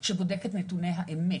שבודק את נתוני האמת.